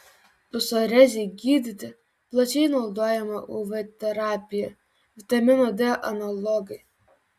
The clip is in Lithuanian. psoriazei gydyti plačiai naudojama uv terapija vitamino d analogai